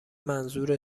منظور